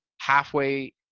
halfway